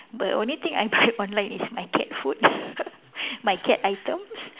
but only thing I buy online is my cat food my cat items